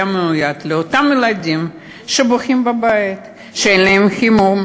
מיועד לאותם ילדים שבוכים בבית שאין להם חימום,